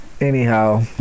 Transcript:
Anyhow